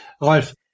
Rolf